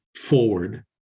forward